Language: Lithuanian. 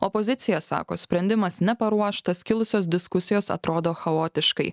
opozicija sako sprendimas neparuoštas kilusios diskusijos atrodo chaotiškai